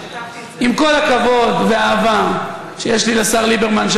עם כל הכבוד והאהבה שיש לי לשר ליברמן,